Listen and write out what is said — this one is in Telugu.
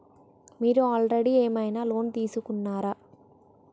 మీరు ఆల్రెడీ ఏమైనా లోన్ తీసుకున్నారా?